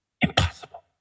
Impossible